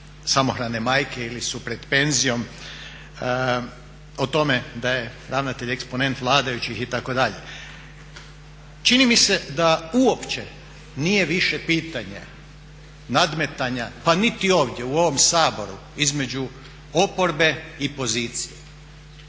samohrane majke ili su pred penzijom, o tome da je ravnatelj eksponent vladajućih itd. Čini mi se da uopće nije više pitanje nadmetanja pa niti ovdje u ovom Saboru između oporbe i pozicije,